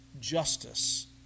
justice